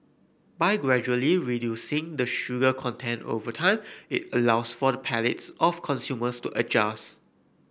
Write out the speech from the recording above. by gradually reducing the sugar content over time it allows for the palates of consumers to adjust